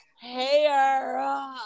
hair